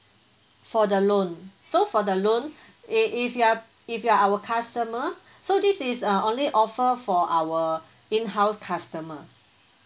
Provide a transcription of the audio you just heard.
for the loan so for the loan eh if you're if you are our customer so this is uh only offer for our in house customer